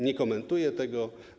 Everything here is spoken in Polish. Nie komentuję tego.